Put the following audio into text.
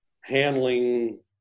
handling